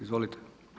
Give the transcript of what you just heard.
Izvolite.